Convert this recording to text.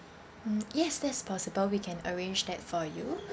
mm yes that's possible we can arrange that for you